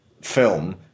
film